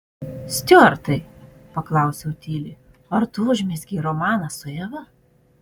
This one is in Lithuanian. stiuartai paklausiau tyliai ar tu užmezgei romaną su eva